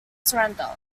surrender